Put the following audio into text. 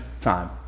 time